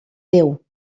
déu